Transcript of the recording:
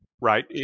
Right